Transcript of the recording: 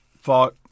fought